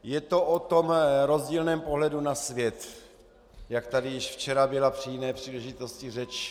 Je to o tom rozdílném pohledu na svět, jak tady již včera byla při jiné příležitosti řeč.